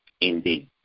indeed